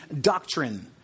doctrine